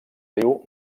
riu